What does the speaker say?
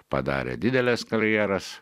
padarė dideles karjeras